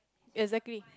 exactly